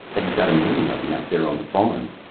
bet he's got a million of em, out there on the farm!